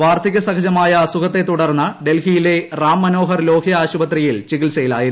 വാർദ്ധകൃസഹജമായ അസുഖത്തെ തുടർന്ന് ഡൽഹിയിലെ റാം മനോഹർ ലോഹ്യ ആശുപത്രിയിൽ ചികിൽസയിലായിരുന്നു